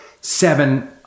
seven